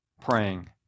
praying